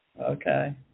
Okay